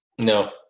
no